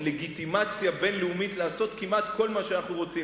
לגיטימציה בין-לאומית לעשות כמעט כל מה שאנחנו רוצים,